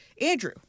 Andrew